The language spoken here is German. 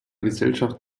gesellschaft